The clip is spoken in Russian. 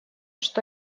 что